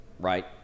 right